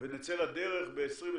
ונצא לדרך ב-2021.